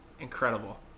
Incredible